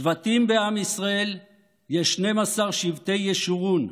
שבטים בעם ישראל יש, 12 שבטי ישורון,